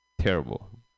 Terrible